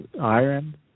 iron